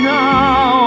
now